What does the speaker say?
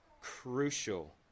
crucial